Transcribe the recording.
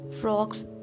frogs